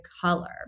color